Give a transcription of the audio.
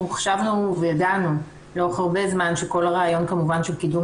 אנחנו חשבנו וידענו לאורך הרבה זמן שכל הרעיון כמובן של קידום